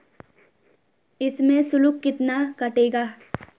इसमें शुल्क कितना कटेगा?